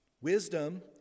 Wisdom